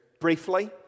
briefly